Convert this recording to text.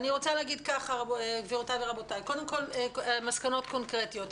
גבירותיי ורבותיי, אתחיל במסקנות קונקרטיות.